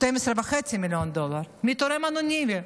12.5 מיליון דולר, מתורם אנונימי.